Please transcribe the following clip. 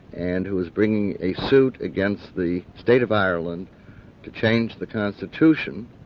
and who is bringing a suit against the state of ireland to change the constitution,